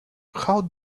how